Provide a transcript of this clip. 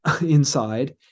inside